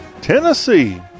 Tennessee